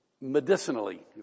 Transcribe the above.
medicinally